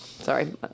Sorry